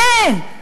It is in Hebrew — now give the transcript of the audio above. כן,